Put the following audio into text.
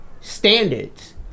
standards